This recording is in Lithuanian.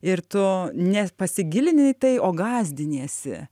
ir tu nepasigilini į tai o gąsdiniesi